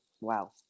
wow